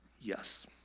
yes